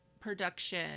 production